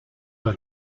bei